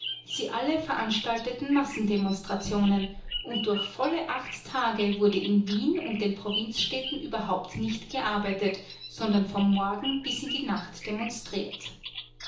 sie alle veranstalteten massendemonstrationen und durch volle acht tage wurde in wien und den provinzstädten überhaupt nicht gearbeitet sondern vom morgen bis in die nacht demonstriert